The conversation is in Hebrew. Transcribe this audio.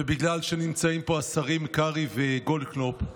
ובגלל שנמצאים פה השרים קרעי וגולדקנופ,